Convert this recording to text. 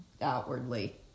outwardly